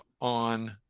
on